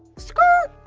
skirrrrt